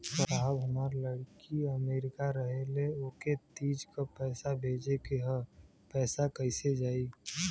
साहब हमार लईकी अमेरिका रहेले ओके तीज क पैसा भेजे के ह पैसा कईसे जाई?